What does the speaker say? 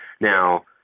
Now